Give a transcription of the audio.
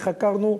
וחקרנו,